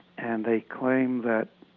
and they claim that